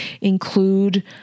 include